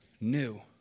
new